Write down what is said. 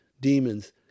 demons